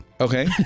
Okay